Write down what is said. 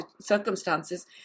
circumstances